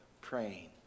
praying